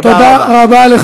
תודה רבה.